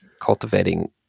cultivating